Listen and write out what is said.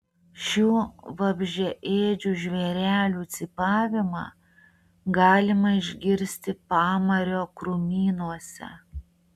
šių vabzdžiaėdžių žvėrelių cypavimą galima išgirsti pamario krūmynuose